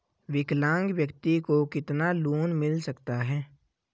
विकलांग व्यक्ति को कितना लोंन मिल सकता है?